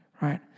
right